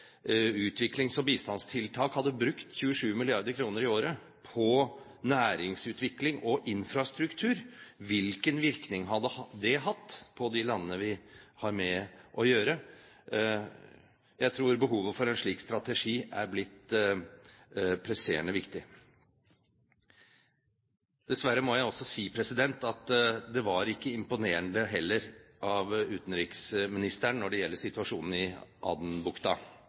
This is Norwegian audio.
utviklings- og bistandstiltak hadde brukt 27 mrd. kr i året på næringsutvikling og infrastruktur, hvilken virkning hadde det hatt på de landene vi har med å gjøre? Jeg tror behovet for en slik strategi er blitt presserende viktig. Dessverre må jeg også si at det heller ikke var imponerende av utenriksministeren når det gjelder situasjonen i